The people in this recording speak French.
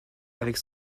avec